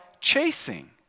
chasing